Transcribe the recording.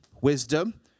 wisdom